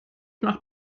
nach